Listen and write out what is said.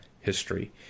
history